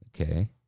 Okay